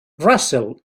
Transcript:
russell